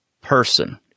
person